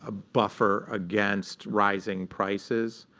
ah buffer against rising prices.